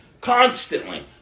constantly